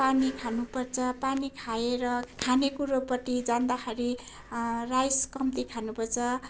पानी खानुपर्छ पानी खाएर खानेकुरोपट्टि जाँदाखेरि राइस कम्ती खानुपर्छ